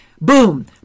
boom